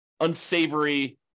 unsavory